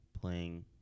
playing